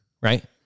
right